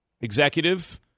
executive